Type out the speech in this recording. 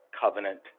covenant